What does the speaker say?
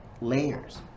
layers